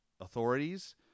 authorities